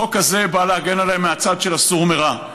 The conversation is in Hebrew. החוק הזה בא להגן עליהם מהצד של ה"סור מרע"